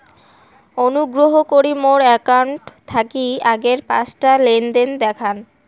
অনুগ্রহ করি মোর অ্যাকাউন্ট থাকি আগের পাঁচটা লেনদেন দেখান